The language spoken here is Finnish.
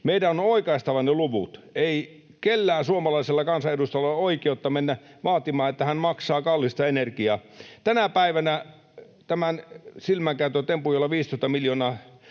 meidän on oikaistava ne luvut. Ei kellään suomalaisella kansanedustajalla ole oikeutta mennä vaatimaan, että hän maksaa kallista energiaa. Tänä päivänä silmänkääntötempuilla 15 miljoonaa